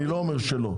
אני לא אומר שלא.